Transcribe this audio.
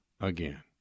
again